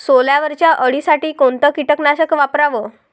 सोल्यावरच्या अळीसाठी कोनतं कीटकनाशक वापराव?